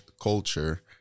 culture